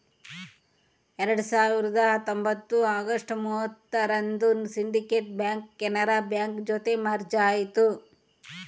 ಎರಡ್ ಸಾವಿರದ ಹತ್ತೊಂಬತ್ತು ಅಗಸ್ಟ್ ಮೂವತ್ತರಂದು ಸಿಂಡಿಕೇಟ್ ಬ್ಯಾಂಕ್ ಕೆನರಾ ಬ್ಯಾಂಕ್ ಜೊತೆ ಮರ್ಜ್ ಆಯ್ತು